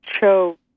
show